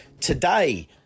today